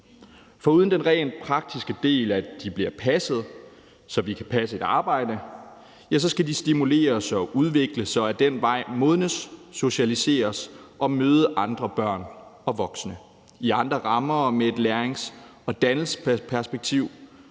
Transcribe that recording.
Foruden den rent praktiske del, at de bliver passet, så vi kan passe et arbejde, skal de stimuleres og udvikles og ad den vej modnes, socialiseres og møde andre børn og voksne i andre rammer og med et lærings- og dannelsesperspektiv,